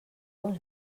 uns